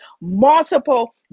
multiple